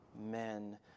men